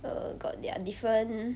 err got there are different